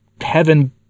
heaven